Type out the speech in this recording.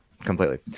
completely